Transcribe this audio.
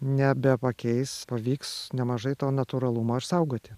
nebepakeis pavyks nemažai to natūralumo išsaugoti